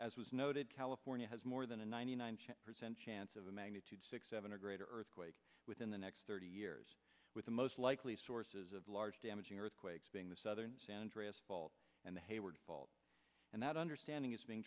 as was noted california has more than a ninety nine percent chance of a magnitude six seven a great earthquake within the next thirty years with the most likely sources of large damaging earthquakes being the southern san andreas fault and the hayward fault and that understanding is being